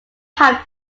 have